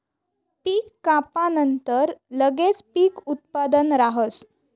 पीक कापानंतर लगेच पीक उत्पादन राहस